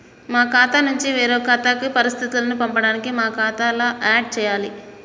మా ఖాతా నుంచి వేరొక ఖాతాకు పరిస్థితులను పంపడానికి మా ఖాతా ఎలా ఆడ్ చేయాలి?